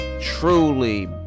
truly